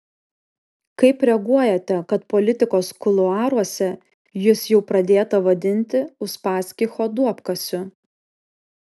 kaip reaguojate kad politikos kuluaruose jus jau pradėta vadinti uspaskicho duobkasiu